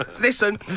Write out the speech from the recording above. listen